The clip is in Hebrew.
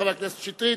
חבר הכנסת שטרית,